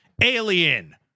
alien